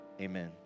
amen